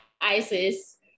Isis